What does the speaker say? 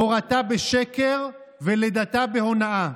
הורתה בשקר ולידתה בהונאה.